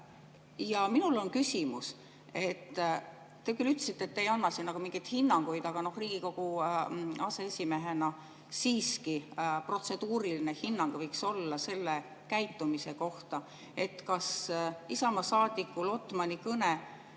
Minul on küsimus. Te küll ütlesite, et te ei anna siin mingeid hinnanguid, aga Riigikogu aseesimehena siiski protseduuriline hinnang võiks olla selle käitumise kohta. Kas Isamaa saadiku Lotmani kõne